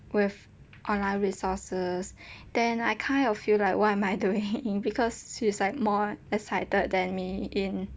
with online resources then I kind of feel like what am I doing because she's like more excited than me in